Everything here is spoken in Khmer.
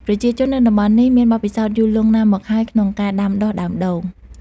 ប្រជាជននៅតំបន់នេះ មានបទពិសោធន៍យូរលង់ណាស់មកហើយក្នុងការដាំដុះដើមដូង។